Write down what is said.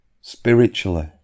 spiritually